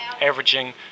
averaging